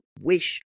wish